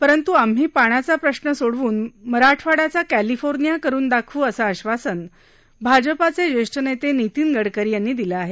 परंत् आम्ही पाण्याचा प्रश्न सोडवून मराठवाड्याचा कॅलिफोर्निया करुन दाखवू असं आश्वासन भाजपाचे ज्येष्ठ नेते नितीन गडकरी यांनी दिलं आहे